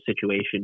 situation